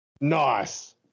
Nice